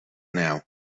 now